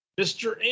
Mr